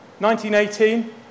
1918